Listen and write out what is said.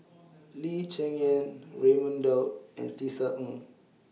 Lee Cheng Yan Raman Daud and Tisa Ng